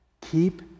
keep